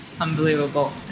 Unbelievable